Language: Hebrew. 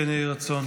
כן יהי רצון.